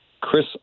Chris